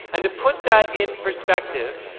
and to put that in perspective,